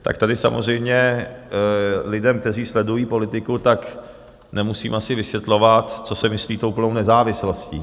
Tak tady samozřejmě lidem, kteří sledují politiku, tak nemusím asi vysvětlovat, co se myslí tou plnou nezávislostí.